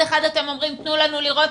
מצד אחד אתם אומרים תנו לנו לראות.